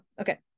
Okay